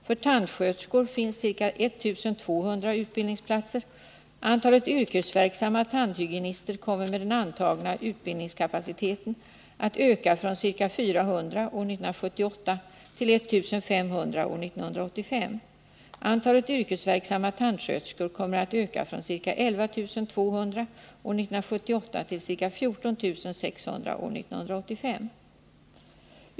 För tandsköterskor finns ca 1 200 utbildningsplatser. Antalet yrkesverksamma tandhygienister kommer med den antagna utbildningskapaciteten att öka från ca 400 år 1978 till 1500 år 1985. Antalet yrkesverksamma tandsköterskor kommer att öka från ca 11 200 år 1978 till ca 14 600 år 1985.